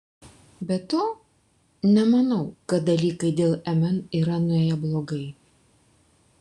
be to nemanau kad dalykai dėl mn yra nuėję blogai